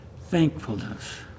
thankfulness